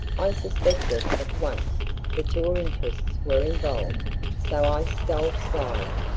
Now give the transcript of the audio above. i suspected at once that your interests were involved so i stole slyly,